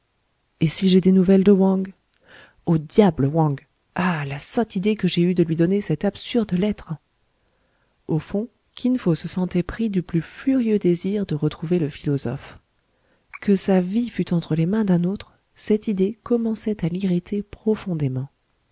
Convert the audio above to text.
et si j'ai des nouvelles de wang au diable wang ah la sotte idée que j'ai eue de lui donner cette absurde lettre au fond kin fo se sentait pris du plus furieux désir de retrouver le philosophe que sa vie fût entre les mains d'un autre cette idée commençait à l'irriter profondément